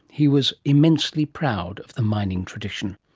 he was immensely proud of the mining tradition.